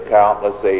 countless